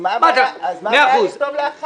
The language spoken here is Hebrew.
אז מה הבעיה לכתוב "לאחר"?